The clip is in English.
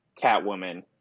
Catwoman